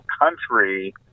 country